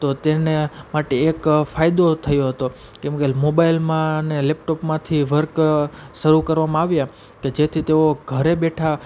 તો તેને માટે એક ફાયદો થયો હતો કેમ કે મોબાઈલમાંને લેપટોપમાંથી વર્ક શરૂ કરવામાં આવ્યા કે જેથી તેઓ ઘરે બેઠા